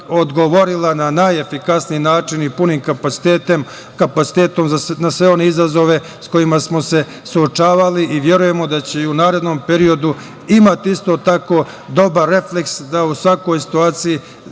odgovorila na najefikasniji način i punim kapacitetom na sve one izazove s kojima smo se suočavali i verujemo da će i u narednom periodu imati isto tako dobar refleks da u svakoj situaciji